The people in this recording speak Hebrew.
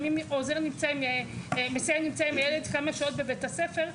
לפעמים עוזר נמצא עם הילד כמה שעות בבית הספר,